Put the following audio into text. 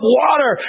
water